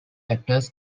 actors